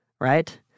right